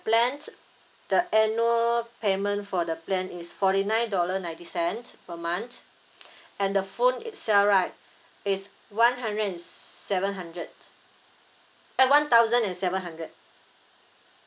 plan the annual payment for the plan is forty nine dollar ninety cent per month and the phone itself right is one hundred and seven hundred eh one thousand and seven hundred